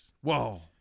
Whoa